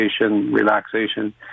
relaxation